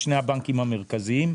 הבנקים, שני הבנקים המרכזיים,